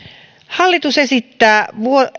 hallitus esittää